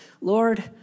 Lord